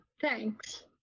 thanks